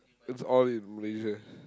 it's all in Malaysia